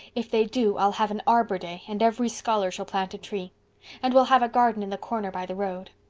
if they do i'll have an arbor day and every scholar shall plant a tree and we'll have a garden in the corner by the road.